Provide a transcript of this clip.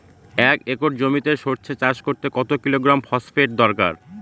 এক একর জমিতে সরষে চাষ করতে কত কিলোগ্রাম ফসফেট দরকার?